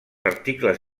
articles